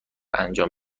انجام